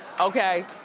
okay?